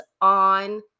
on